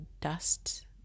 dust